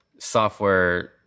software